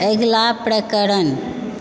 अगिला प्रकरण